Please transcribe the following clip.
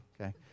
okay